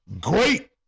Great